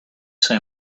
say